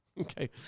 Okay